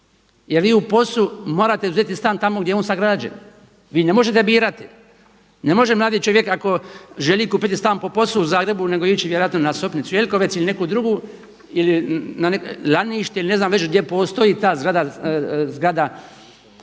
jer vi u POS-u morate uzeti stan tamo gdje je on sagrađen, vi ne možete birati. Ne može mladi čovjek ako želi kupiti stan po POSu u Zagrebu nego vjerojatno ići na Sopnicu-Jekovec ili neku drugu ili na Lanište ne znam gdje postoji ta POSova